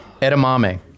Edamame